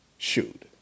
shoot